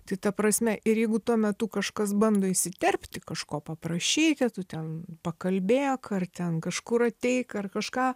tai ta prasme ir jeigu tuo metu kažkas bando įsiterpti kažko paprašyti tu ten pakalbėk kad ten kažkur ateik ar kažką